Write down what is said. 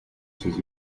sis